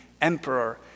emperor